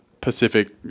Pacific